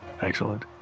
Excellent